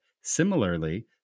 Similarly